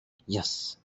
yes